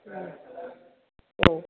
औ